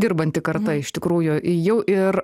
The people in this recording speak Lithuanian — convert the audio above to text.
dirbanti karta iš tikrųjų jau ir